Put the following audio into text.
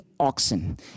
oxen